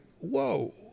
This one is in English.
whoa